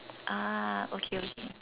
ah okay okay